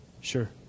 sure